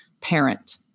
parent